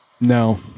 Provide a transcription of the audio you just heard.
No